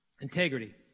Integrity